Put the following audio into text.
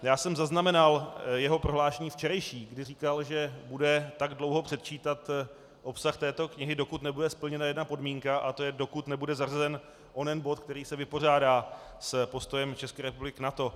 Já jsem zaznamenal jeho včerejší prohlášení, kdy říkal, že bude tak dlouho předčítat obsah této knihy, dokud nebude splněna jedna podmínka, a to dokud nebude zařazen onen bod, který se vypořádá s postojem České republiky k NATO.